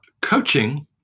coaching